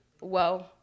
Whoa